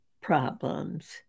problems